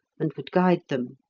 and would guide them.